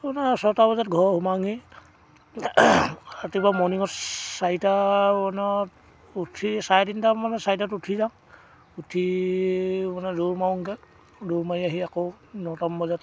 আপোনাৰ ছটা বজাত ঘৰ সোমাওঁহি ৰাতিপুৱা মৰ্ণিঙত চাৰিটা মানত উঠি চাৰে তিনিটা মানে চাৰিটাত উঠি যাওঁ উঠি মানে দৌৰ মাৰোংগৈ দৌৰ মাৰি আহি আকৌ নটামান বজাত